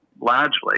largely